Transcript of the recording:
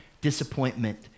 disappointment